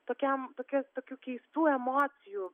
tokiam tokia tokių keistų emocijų